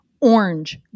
orange